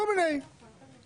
כל מיני אנשים.